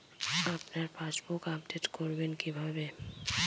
আপনার passbook update করবেন কিভাবে?